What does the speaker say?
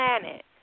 planet